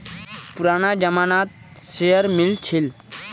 पुराना जमाना त शेयर मिल छील